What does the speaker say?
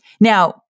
Now